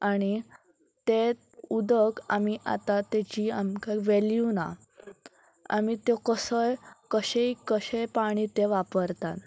आणी तेंच उदक आमी आतां तेची आमकां वेल्यू ना आमी त्यो कसोय कशेंय कशेय पाणी तें वापरतात